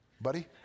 buddy